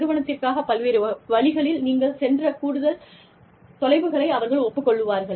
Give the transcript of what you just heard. நிறுவனத்திற்காக பல்வேறு வழிகளில் நீங்கள் சென்ற கூடுதல் தொலைவுகளை அவர்கள் ஒப்புக்கொள்வார்கள்